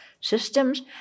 systems